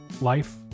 Life